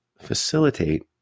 facilitate